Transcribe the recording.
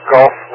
Golf